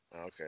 Okay